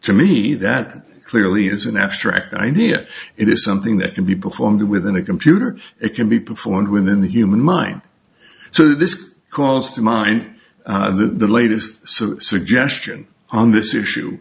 to me that clearly is an abstract idea it is something that can be performed within a computer it can be performed within the human mind so this calls to mind the latest suggestion on this issue